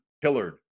Hillard